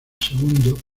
segundo